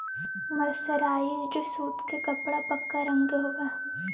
mercerised सूत के कपड़ा पक्का रंग के होवऽ हई